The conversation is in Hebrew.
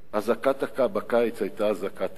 האזעקה בקיץ היתה אזעקת אמת.